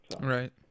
Right